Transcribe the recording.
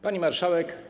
Pani Marszałek!